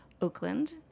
Oakland